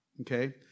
Okay